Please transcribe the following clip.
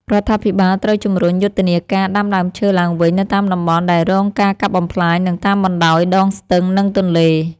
រដ្ឋាភិបាលត្រូវជំរុញយុទ្ធនាការដាំដើមឈើឡើងវិញនៅតាមតំបន់ដែលរងការកាប់បំផ្លាញ និងតាមបណ្តោយដងស្ទឹង និងទន្លេ។